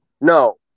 no